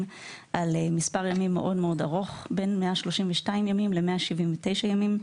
על מספר ימים ארוך מאוד בין 132 ימים ל-179 ימים.